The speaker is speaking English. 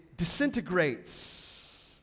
disintegrates